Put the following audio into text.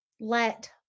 Let